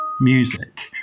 music